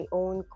own